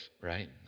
right